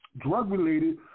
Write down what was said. drug-related